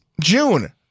June